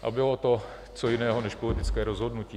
A bylo to co jiného než politické rozhodnutí?